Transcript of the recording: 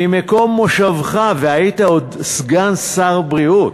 ממקום מושבך, ועוד היית סגן שר הבריאות.